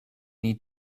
need